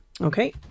Okay